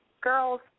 girls